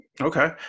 Okay